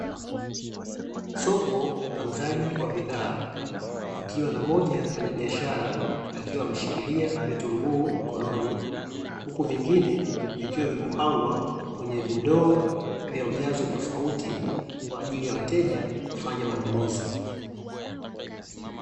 Soko la wauzaji wa bidhaa kukiwa na moja ya mfanyabiashara akiwa ameshikilia vitunguu mkononi huko vingine vikiwa vimepangwa kwenye vindoo vya ujazo tofauti kwa ajili ya wateja kufanya manunuzi.